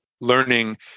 learning